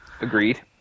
Agreed